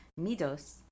midos